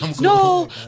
no